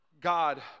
God